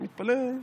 אני מתפלא.